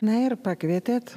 na ir pakvietėt